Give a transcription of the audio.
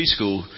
preschool